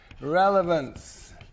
Relevance